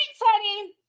honey